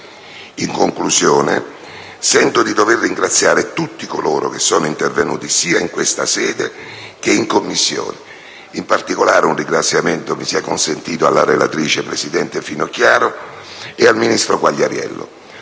In conclusione, sento di dover ringraziare tutti coloro che sono intervenuti sia in questa sede, sia in Commissione. In particolare, un ringraziamento mi sia consentito alla relatrice presidente Finocchiaro e al ministro Quagliariello.